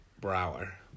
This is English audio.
Brower